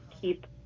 keep